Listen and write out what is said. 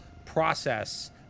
process